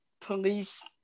police